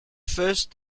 first